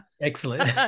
excellent